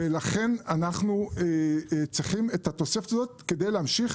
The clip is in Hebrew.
אנחנו צריכים את התוספת הזאת כדי להמשיך